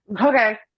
okay